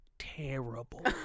Terrible